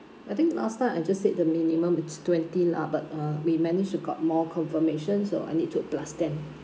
I think last time I just said the minimum it's twenty lah but uh we managed to got more confirmation so I need to plus ten